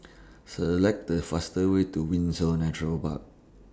Select The fastest Way to Windsor Nature Park